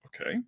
Okay